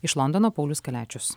iš londono paulius kaliačius